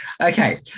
Okay